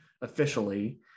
officially